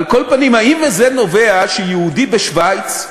על כל פנים, האם מזה נובע שיהודי בשווייץ,